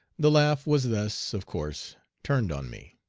the laugh was thus, of course, turned on me.